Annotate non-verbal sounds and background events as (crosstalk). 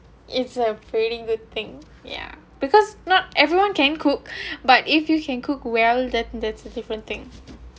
it's a very good thing ya because not everyone can cook (breath) but if you can cook well that that's a different thing